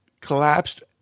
collapsed